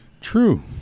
True